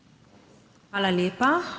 Hvala lepa.